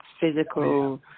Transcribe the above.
physical